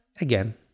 Again